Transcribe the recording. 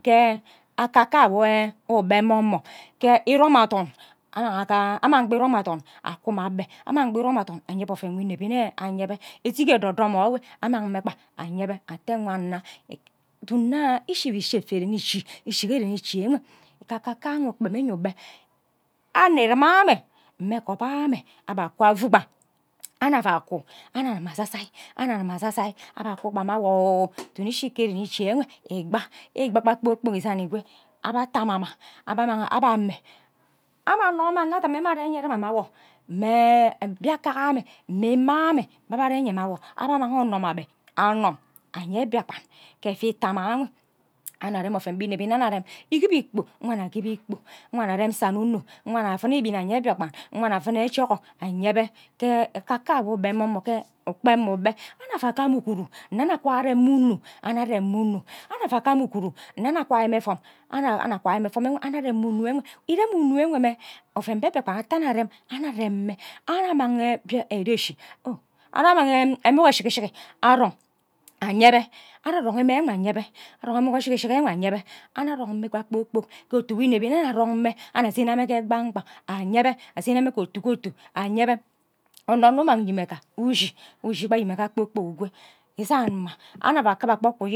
Ke akaka anyo nyo ukpe momo ke irom athon annuk amang iba irom athon aku mma abe amang gba irom athon uku mma abe amang kpa irom athon anye be oven wo inebi nne anye be edik edodomo ewe amang mme kpa anye be ate wana dunk nna ishi. ke efia ishi ren ichi ren ichi ewe nke akak ayo nwo ukpem iny ukpe anno annuk mma mm anno egop amin annuk mma aku annuk agima asasai annuk agima asasai anuk agima asasai abe aku kpa nna mme awo tutu iski ke ren ishi enwe ikpa ikpa gba kpor kpok isani ikwe abe atama mma abu amang abe ame anna anno mme anno adim mbe are jaga mme ayo mme mbiakak amin mme ima amme are nna mma ayo abe amang onum abe aye mbiakpan ke efai ita mma enwe annuk arem oven nwo inebi nne annuk areb ikib ikpo nkwa anno akim ikpo akwa annuk arem sanu anuk nkwa annuk avin ibin aye mbiakpan nkwa annuk oven ejokor anye be ke akaka ayo nwo ukpe nwo mme ke ukpem mma ukpem annuk mia gama ughuru nne annuk arem mme onu annuk arem mme onu annuk akwa agam ughuru nne annuk aka areb evam annuk akwai mme evom enwe annuk arem mme unu ewe irem unu eme mme oven mbe mbiakpan uta annuk arem annuk arem mme annuk amang annuk amang emuk ke shikishiki arong anye emuk eshiki enwe anye annuk arong mme ikpa kpor kpok ke otu nwo mebi mme annuk arong mme anunk asene mme ke kpan kpan anyebe asene mme ke otu ke otu anyebe anno onno umang nyimega ushi ushi nyimega kpor kpok ukwe isan mma annuk ava akube kpo kpa